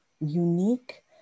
unique